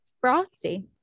Frosty